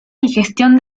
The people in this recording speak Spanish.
digestión